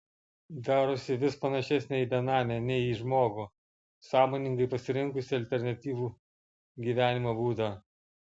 darosi vis panašesnė į benamę nei į žmogų sąmoningai pasirinkusį alternatyvų gyvenimo būdą